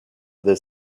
they